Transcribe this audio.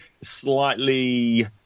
slightly